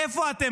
איפה אתם?